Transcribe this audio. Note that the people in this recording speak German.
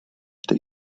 der